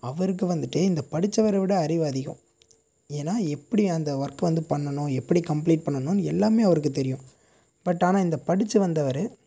அவருக்கு வந்துட்டு இந்த படித்தவர விட அறிவு அதிகம் ஏன்னால் எப்படி அந்த ஒர்க் வந்து பண்ணணும் எப்படி கம்ப்ளீட் பண்ணணும் எல்லாமே அவருக்கு தெரியும் பட் ஆனால் இந்த படித்து வந்தவர்